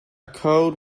code